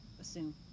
assume